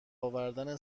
آوردن